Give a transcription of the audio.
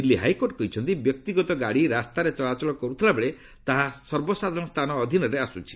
Delhi high court କହିଛନ୍ତି ବ୍ୟକ୍ତିଗତଗାଡ଼ି ରାସ୍ତାରେ ଚଳାଚଳ କରୁଥିବାବେଳେ ତାହା ସର୍ବସାଧାରଣ ସ୍ଥାନ ଅଧୀନରେ ଆସୁଛି